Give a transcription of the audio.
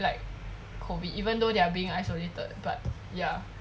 like COVID even though they are being isolated but ya